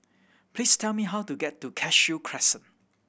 please tell me how to get to Cashew Crescent